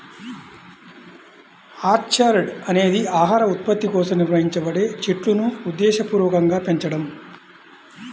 orchard అనేది ఆహార ఉత్పత్తి కోసం నిర్వహించబడే చెట్లును ఉద్దేశపూర్వకంగా పెంచడం